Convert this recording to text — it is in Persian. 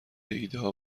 ایدهها